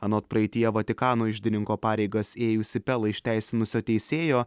anot praeityje vatikano iždininko pareigas ėjusį pelą išteisinusio teisėjo